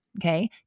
okay